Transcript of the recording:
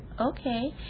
Okay